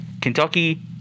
kentucky